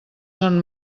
són